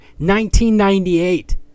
1998